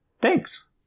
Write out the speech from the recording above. thanks